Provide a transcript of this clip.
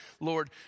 Lord